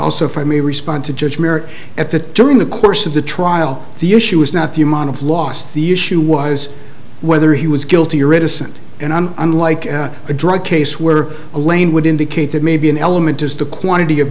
also if i may respond to judge merit at that during the course of the trial the issue was not the amount of loss the issue was whether he was guilty or innocent and i'm unlike a drug case where elaine would indicate that maybe an element just a quantity of